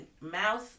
mouse